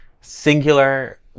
singular